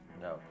No